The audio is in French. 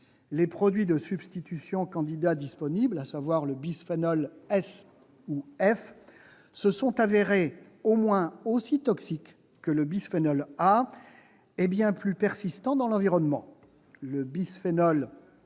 les produits de substitution candidats disponibles- bisphénol S ou F -se sont révélés au moins aussi toxiques que le bisphénol A et même bien plus persistants que lui dans l'environnement. Le bisphénol F